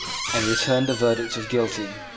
and returned a verdict of guilty.